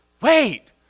wait